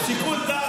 שיקול דעת,